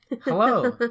hello